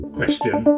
Question